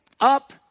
up